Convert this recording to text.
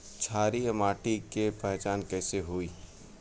क्षारीय माटी के पहचान कैसे होई?